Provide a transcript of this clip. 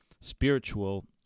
spiritual